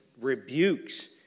rebukes